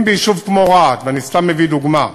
אם ביישוב כמו רהט, ואני סתם מביא דוגמה,